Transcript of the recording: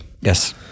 Yes